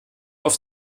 auf